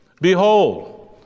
behold